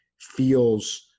feels